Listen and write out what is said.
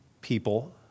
people